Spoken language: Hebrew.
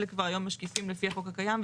אלה כבר היום משקיפים לפי החוק הקיים,